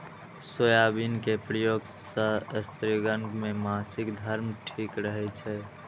soybean के प्रयोग सं स्त्रिगण के मासिक धर्म ठीक रहै छै